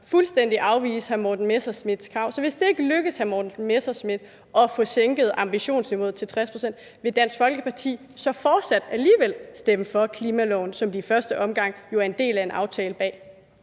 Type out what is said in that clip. fuldstændig afvise hr. Morten Messerschmidts krav. Så hvis det ikke lykkes hr. Messerschmidt at få sænket ambitionsniveauet til 60 pct., vil Dansk Folkeparti så fortsat alligevel stemme for klimaloven, som de i første omgang jo er en del af en aftale bag?